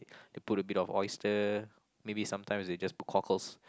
they put a bit of oyster maybe sometimes they just put cockles